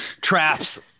traps